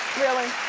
really?